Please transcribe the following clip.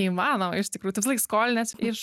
neįmanoma iš tikrųjų tu visąlaik skolinies iš